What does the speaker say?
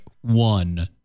one